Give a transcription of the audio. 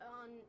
on